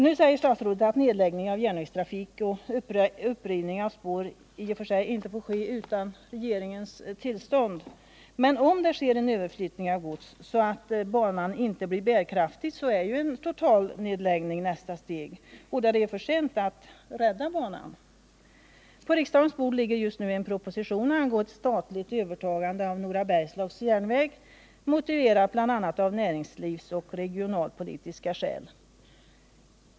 Nu säger statsrådet i och för sig att nedläggning av järnvägstrafik och upprivning av spår inte får ske utan regeringens tillstånd, men om det sker en överflyttning av gods så att banan inte blir bärkraftig kommer ju en total nedläggning att vara nästa steg. Och då är det för sent att rädda banan. På riksdagens bord ligger just nu en proposition angående ett statligt övertagande av Nora Bergslags Järnväg, motiverat bl.a. av näringslivsoch regionalpolitiska skäl.